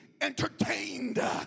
entertained